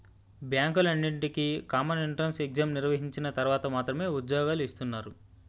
బ్యాంకులన్నింటికీ common entrance exam నిర్వహించిన తర్వాత మాత్రమే ఉద్యోగాలు ఇస్తున్నారు